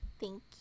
Thank